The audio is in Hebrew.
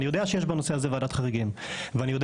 אני יודע שיש בנושא הזה ועדת חריגים ואני יודע